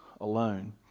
alone